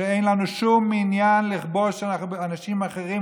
שאין לנו שום עניין לכבוש אנשים אחרים,